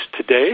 today